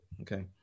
okay